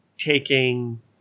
taking